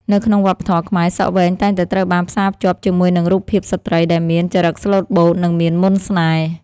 នៅក្នុងវប្បធម៌ខ្មែរ សក់វែងតែងតែត្រូវបានផ្សារភ្ជាប់ជាមួយនឹងរូបភាពស្ត្រីដែលមាន ចរិតស្លូតបូត និងមានមន្តស្នេហ៍។